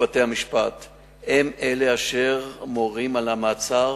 ובתי-המשפט הם אלה אשר מורים על המעצר